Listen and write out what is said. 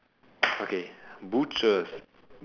okay butchers